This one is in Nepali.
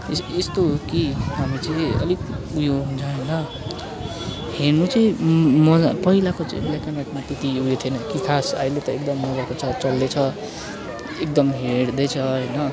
यस्तो यस्तो हो कि हामी चाहिँ अलिक उयो हुन्छ होइन हेर्नु चाहिँ मज्जा पहिलाको चाहिँ ब्ल्याक एन्ड वाइटमा त्यति उयो थिएन कि खास अहिले त एकदम मज्जाको छ चल्दैछ एकदम हेर्दै छ होइन